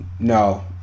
No